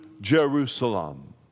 Jerusalem